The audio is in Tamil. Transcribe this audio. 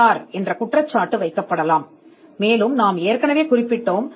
சரியான காப்புரிமை தேடல் என்று எதுவும் இல்லை என்று நாங்கள் ஏற்கனவே குறிப்பிட்டிருந்தோம்